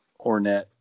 Ornette